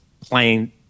playing